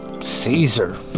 Caesar